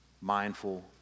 mindful